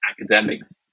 academics